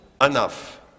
enough